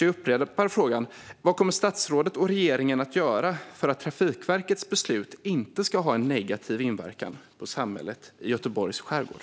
Därför upprepar jag min fråga: Vad kommer statsrådet och regeringen att göra för att Trafikverkets beslut inte ska ha en negativ inverkan på samhället i Göteborgs skärgård?